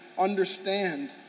understand